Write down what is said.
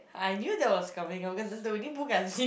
I knew that was coming because that's the only book I've seen